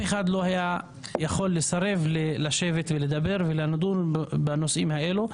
אחד לא היה יכול לסרב לשבת ולדבר ולדון בנושאים האלה.